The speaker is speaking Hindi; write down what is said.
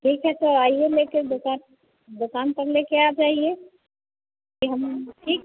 ठीक है तो आइए लेकर दुकान दुकान पर लेकर आ जाइए कि हम ठीक